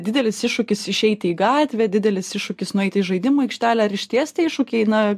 didelis iššūkis išeiti į gatvę didelis iššūkis nueit į žaidimų aikštelę ar išties tie iššūkiai na